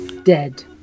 Dead